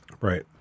Right